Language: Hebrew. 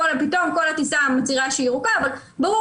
פתאום כל הטיסה מצהירה שהיא ירוקה אבל ברור